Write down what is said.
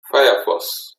firefox